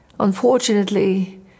Unfortunately